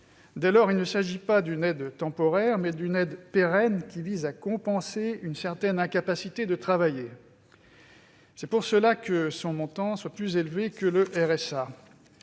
Dès lors, il ne s'agit pas d'une aide temporaire, mais d'une aide pérenne qui vise à compenser une certaine incapacité de travailler. C'est pourquoi son montant est plus élevé que celui